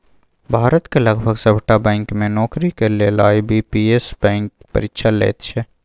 भारतक लगभग सभटा बैंक मे नौकरीक लेल आई.बी.पी.एस बैंक परीक्षा लैत छै